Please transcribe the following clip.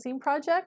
project